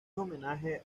homenaje